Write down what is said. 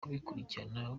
kubikurikirana